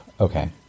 Okay